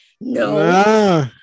No